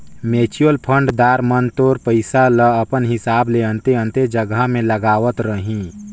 mutual fund दार मन तोर पइसा ल अपन हिसाब ले अन्ते अन्ते जगहा में लगावत रहीं